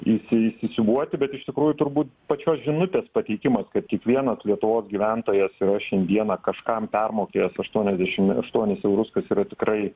įsi įsisiūbuoti bet iš tikrųjų turbūt pačios žinutės pateikimas kad kiekvienas lietuvos gyventojas yra šiandieną kažkam permokėjęs aštuoniasdešim aštuonis eurus kas yra tikrai